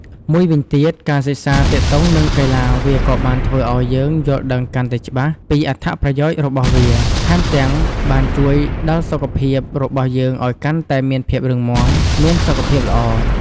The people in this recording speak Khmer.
មួយវិញទៀត ការសិក្សាទាក់ទងនឹងកីឡាវាក៏បានធ្វើឲ្យយើងយល់ដឹងកាន់តែច្បាស់ពីអត្ថប្រយោជន៍របស់វាដែរ ថែមទាំងបានជួយដ៏សុខភាពរបស់យើងឲ្យកាន់តែមានភាពរឹងមាំ មានសុខភាពល្អ។